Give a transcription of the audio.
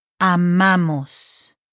amamos